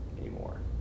anymore